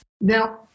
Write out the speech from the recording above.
now